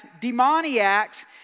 demoniacs